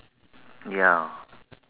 ya